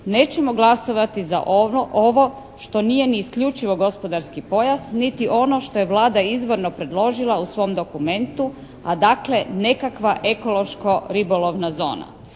nećemo glasovati za ovo što nije ni isključivo gospodarski pojas niti ono što je Vlada izvorno predložila u svom dokumentu a dakle nekakva ekološko-ribolovna zona.